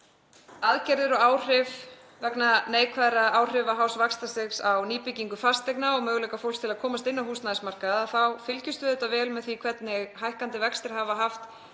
aðgerðir og áhrif vegna neikvæðra áhrifa hás vaxtastigs á nýbyggingu fasteigna og möguleika fólks til að komast inn á húsnæðismarkað þá fylgjumst við auðvitað vel með því hvernig hækkandi vextir hafa haft